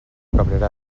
cabrera